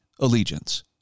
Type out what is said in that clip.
allegiance